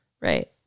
Right